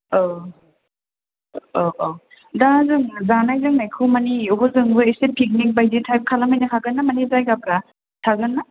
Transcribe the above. औ औ औ दा जों जानाय लोंनायखौ मानै हजों इसे पिकनिक बायदि टाइप खालामहैनो हागोन ना माने जायगाफ्रा थागोन ना